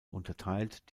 unterteilt